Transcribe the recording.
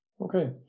Okay